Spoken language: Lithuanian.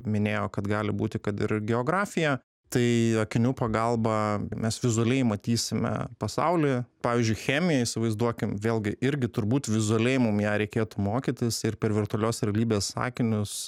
minėjo kad gali būti kad ir geografija tai akinių pagalba mes vizualiai matysime pasaulį pavyzdžiui chemija įsivaizduokim vėlgi irgi turbūt vizualiai mum ją reikėtų mokytis ir per virtualios realybės akinius